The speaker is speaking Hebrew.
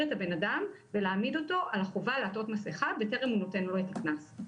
את הבן אדם ולהעמיד אותו על החובה לעטות מסכה בטרם הוא נותן לו את הקנס.